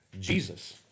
Jesus